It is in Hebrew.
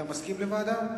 אתה מסכים לוועדה?